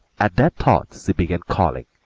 at that thought she began calling,